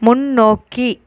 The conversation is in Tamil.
முன்னோக்கி